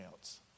else